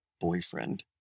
boyfriend